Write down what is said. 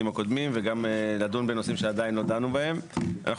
הקודמים וגם לדון בנושאים שעדיין לא דנו בהם,